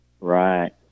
Right